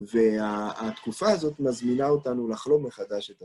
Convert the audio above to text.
והתקופה הזאת מזמינה אותנו לחלום מחדש את עצמנו.